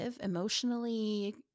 emotionally